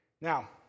Now